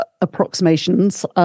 approximations